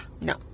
No